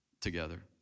Together